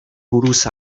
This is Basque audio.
buruz